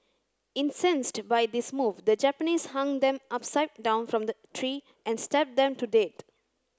incensed by this move the Japanese hung them upside down from the tree and stabbed them to dead